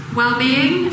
well-being